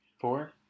Four